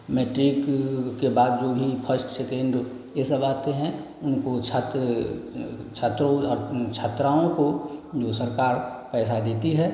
matric के बाद U G first second ये सब आते हैं उनको छात्र छात्र और छात्राओं को जो सरकार पैसा देती है